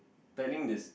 telling the